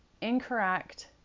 incorrect